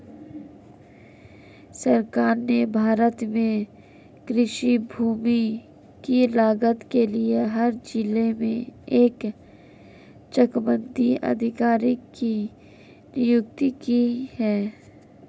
सरकार ने भारत में कृषि भूमि की लागत के लिए हर जिले में एक चकबंदी अधिकारी की नियुक्ति की है